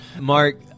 Mark